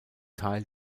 teil